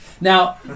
Now